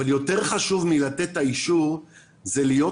אבל יותר חשוב מלתת את האישור זה להיות